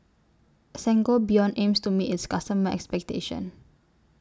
Sangobion aims to meet its customers' expectation